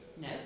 No